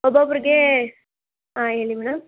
ಒಬ್ಬೊಬ್ಬರಿಗೇ ಹಾಂ ಹೇಳಿ ಮೇಡಮ್